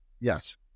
Yes